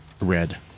red